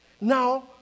now